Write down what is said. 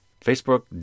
Facebook